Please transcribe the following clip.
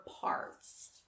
parts